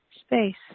space